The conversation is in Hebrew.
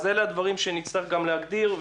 אז אלה הדברים שנצטרך גם להגדיר.